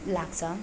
लाग्छ